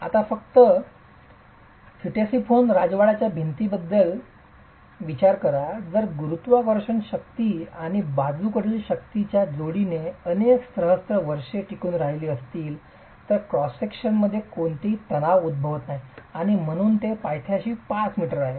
आता फक्त राजवाड्याच्या भिंतीबद्दल विचार करा जर गुरुत्वाकर्षण शक्ती आणि बाजूकडील शक्तीच्या जोडीने अनेक सहस्र वर्षे टिकून राहिली असतील तर क्रॉस विभागात कोणतेही तणाव उद्भवत नाही आणि म्हणूनच ते पायथ्याशी 5 meters आहे